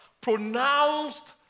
pronounced